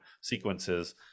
sequences